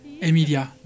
Emilia